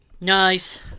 Nice